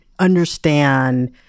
understand